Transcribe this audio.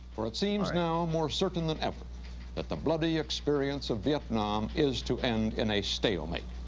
for it seems now more certain than ever that the bloody experience of vietnam is to end in a stalemate.